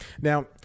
Now